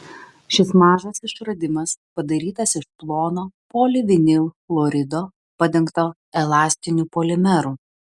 šis mažas išradimas padarytas iš plono polivinilchlorido padengto elastiniu polimeru